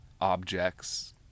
objects